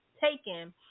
taken